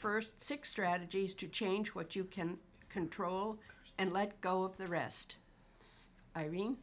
first six strategies to change what you can control and let go of the rest irene